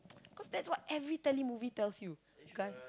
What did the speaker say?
cause that's what every telemovie tells you the guy